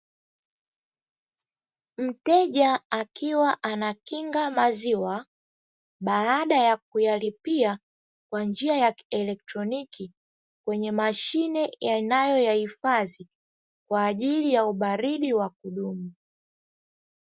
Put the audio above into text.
Mteja akiwa anakinga maziwa baada ya kuyalipia kwa njia ya kielektroniki, kwa mashine inayoyahifadhi kwa ajili ya ubaridi wa kudumu.